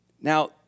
Now